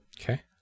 Okay